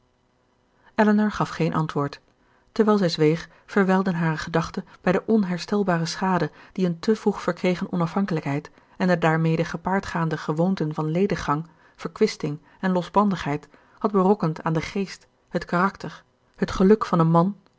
elinor gaf geen antwoord terwijl zij zweeg verwijlden hare gedachten bij de onherstelbare schade die een te vroeg verkregen onafhankelijkheid en de daarmede gepaard gaande gewoonten van lediggang verkwisting en losbandigheid had berokkend aan den geest het karakter het geluk van een man